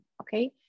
Okay